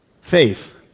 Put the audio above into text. Faith